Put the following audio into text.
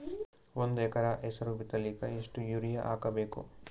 ಒಂದ್ ಎಕರ ಹೆಸರು ಬಿತ್ತಲಿಕ ಎಷ್ಟು ಯೂರಿಯ ಹಾಕಬೇಕು?